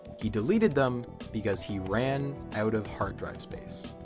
he deleted them because he ran out of hard drive space.